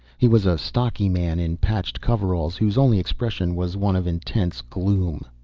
he was a stocky man in patched coveralls whose only expression was one of intense gloom.